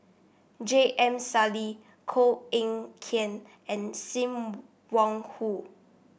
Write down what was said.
J M Sali Koh Eng Kian and Sim Wong Hoo